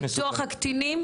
בתוך הקטינים?